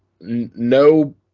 no